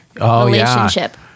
relationship